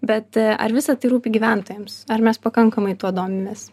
bet ar visa tai rūpi gyventojams ar mes pakankamai tuo domimės